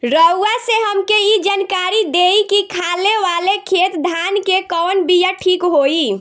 रउआ से हमके ई जानकारी देई की खाले वाले खेत धान के कवन बीया ठीक होई?